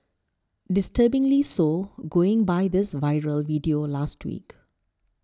disturbingly so going by this viral video last week